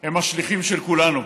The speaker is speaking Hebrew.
הם השליחים של כולנו,